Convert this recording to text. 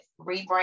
rebrand